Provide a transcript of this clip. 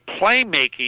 playmaking